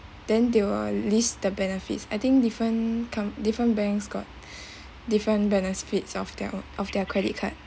then they will list the benefits I think different com~ different banks got different benefits of their of their credit card